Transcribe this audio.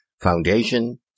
Foundation